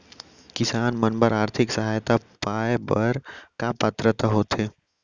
किसान मन बर आर्थिक सहायता पाय बर का पात्रता होथे?